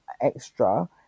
extra